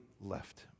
left